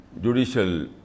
judicial